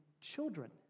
children